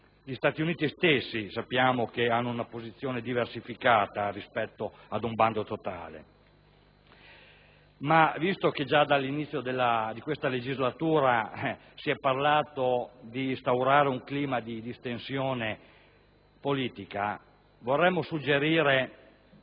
che gli stessi Stati Uniti hanno una posizione diversificata rispetto ad un bando totale. Tuttavia, visto che già dall'inizio di questa legislatura si è parlato di instaurare un clima di distensione politica, vorremmo suggerire